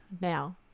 now